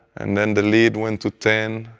and then the lead went to ten,